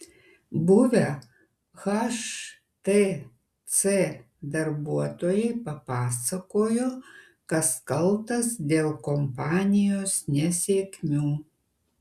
buvę htc darbuotojai papasakojo kas kaltas dėl kompanijos nesėkmių